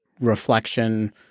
reflection